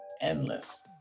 endless